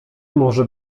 może